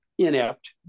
inept